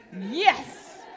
Yes